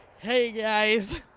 hey, guys,